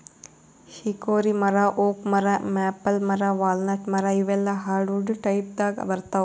hickory ಮರಾ oak ಮರಾ maple ಮರಾ ವಾಲ್ನಟ್ ಮರಾ ಇವೆಲ್ಲಾ ಹಾರ್ಡವುಡ್ ಟೈಪ್ದಾಗ್ ಬರ್ತಾವ್